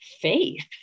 faith